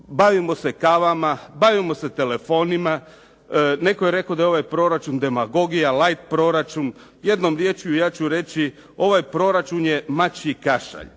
Bavimo se kavama, bavimo se telefonima. Netko je rekao da je ovaj proračun demagogija, light proračun, jednom riječju ja ću reći ovaj proračun je mačji kašalj.